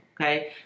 Okay